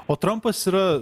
o trampas yra